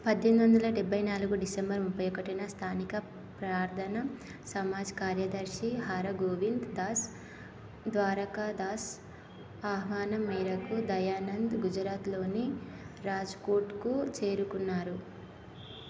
పద్దెంది వందల డెబ్బై నాలుగు డిసెంబరు ముప్పై ఒకటిన స్థానిక ప్రార్థనా సమాజ్ కార్యదర్శి హరగోవింద్ దాస్ ద్వారకదాస్ ఆహ్వానం మేరకు దయానంద్ గుజరాత్లోని రాజ్కోట్కు చేరుకున్నారు